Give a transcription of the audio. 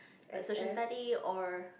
a Social Studies or